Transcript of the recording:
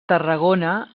tarragona